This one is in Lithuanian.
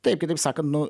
taip kitaip sakant nu